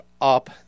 up